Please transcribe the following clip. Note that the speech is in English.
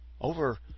over